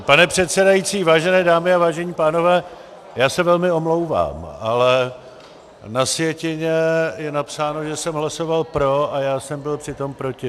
Pane předsedající, vážené dámy a vážení pánové, já se velmi omlouvám, ale na sjetině je napsáno, že jsem hlasoval pro, a já jsem byl přitom proti.